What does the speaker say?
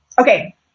Okay